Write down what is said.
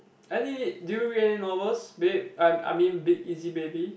any do you read any novels babe I I mean big easy baby